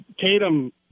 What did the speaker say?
Tatum